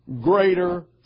greater